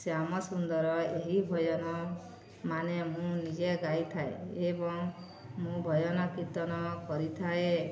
ଶ୍ୟାମ ସୁନ୍ଦର ଏହି ଭଜନ ମାନେ ମୁଁ ନିଜେ ଗାଇଥାଏ ଏବଂ ମୁଁ ଭଜନ କୀର୍ତ୍ତନ କରିଥାଏ